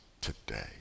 today